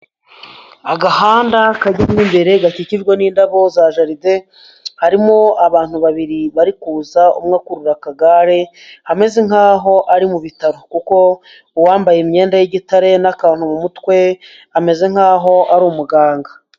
Agahanda kajyamo imbere gakikijwe n'indabo za jaride harimo abantu babiri bari kuza umwe akurura akagare ameze nk'aho ari mu bitaro, kuko uwambaye imyenda y'igitare n'akantu mu mutwe ameze nkaho ari umuganga.